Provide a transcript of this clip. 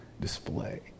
Display